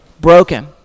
broken